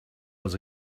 was